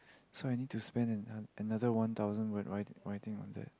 so I need to spend an another thousand word write writing on the